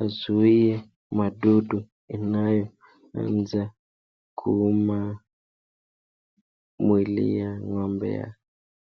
azuie magonjwa inaanza kuuma mwili ya ngombe